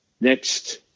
next